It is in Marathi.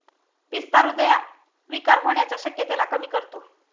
पिस्ता हृदय विकार होण्याच्या शक्यतेला कमी करतो